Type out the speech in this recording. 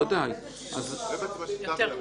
לי פתחו שני תיקים במשטרה.